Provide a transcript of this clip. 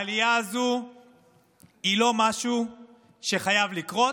העלייה הזו היא לא משהו שחייב לקרות,